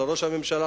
ולראש הממשלה,